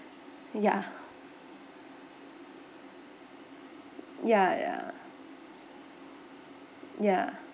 ya ya ya ya